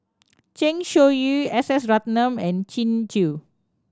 Zeng Shouyin S S Ratnam and Kin Chui